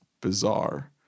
bizarre